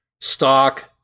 stock